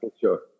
sure